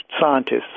scientists